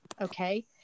okay